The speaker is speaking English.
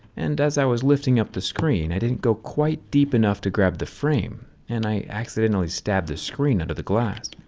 and as i was lifting up the screen i didn't go quite deep enough to grab the frame and i accidentally stabbed the screen under the glass.